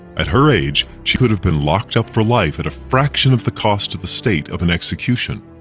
at her age, she could have been locked up for life at a fraction of the cost to the state of an execution.